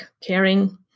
caring